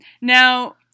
Now